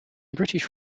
british